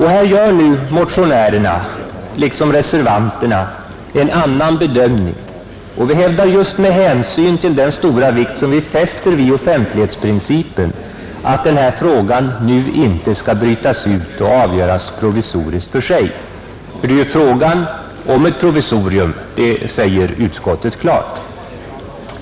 Här gör motionärerna — liksom reservanterna — en annan bedömning, och vi hävdar just med hänsyn till den stora vikt vi fäster vid offentlighetsprincipen att den här frågan nu inte skall brytas ut och avgöras provisoriskt för sig; för det är ju fråga om ett provisorium — det säger utskottet klart.